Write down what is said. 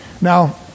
Now